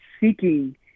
seeking